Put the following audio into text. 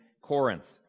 Corinth